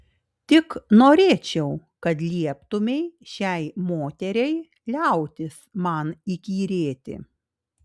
tik norėčiau kad lieptumei šiai moteriai liautis man įkyrėti